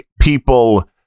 people